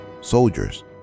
Soldiers